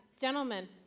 Gentlemen